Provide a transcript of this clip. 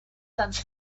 sends